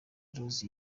rose